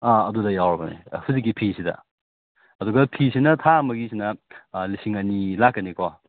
ꯑꯗꯨꯗ ꯌꯥꯎꯔꯕꯅꯦ ꯍꯧꯖꯤꯛꯀꯤ ꯐꯤꯁꯤꯗ ꯑꯗꯨꯒ ꯐꯤꯁꯤꯅ ꯊꯥ ꯑꯃꯒꯤ ꯁꯤꯅ ꯂꯤꯁꯤꯡ ꯑꯅꯤ ꯂꯥꯛꯀꯅꯤꯀꯣ